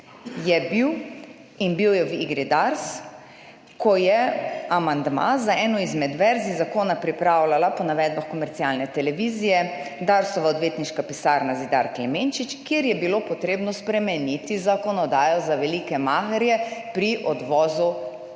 je bil, in bil je v igri Dars, ko je amandma za eno izmed verzij zakona pripravljala po navedbah komercialne televizije Darsova odvetniška pisarna Zidar Klemenčič, kjer je bilo potrebno spremeniti zakonodajo za velike maherje pri odvozu